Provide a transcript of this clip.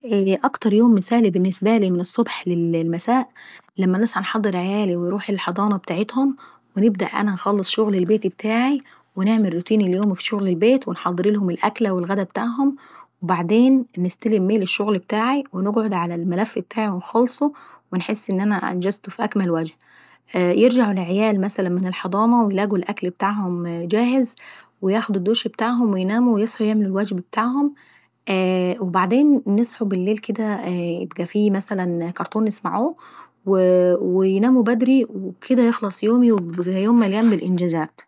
اكتر يوم مثالي بالنسبة لي من الصبح للمساء، لما نصحى انحضر عيالي للحضانات ابتاعتهم ، ونبدأ انا انخلص شغل البيت ابتاعاي، ونعمل الروتين اليومي في شغل البيت ، ونحضرلهم الاكل او الغد ابتاعهم. وبعدين نستلم ميل الشغل ابتاعاي، ونقعد على الملف ابتاعيونخلصه ونحس اني انا انجزته في اكمل وجه. ولما يرجعوا عيالاي مثلا من الحضانة ويلاقوا الاكل ابتاعهم جاهز، وياخدوا الدوش ابتاعهم ويناموا ويصحوا يعملوا الواجب ابتاعهم وبعدين نصحوا بالليل كدا بيكون في كرتون نسمعوه، ويناموا بدري وبكديه يخلص يومي ويبقى يوم مليان بالانجازات.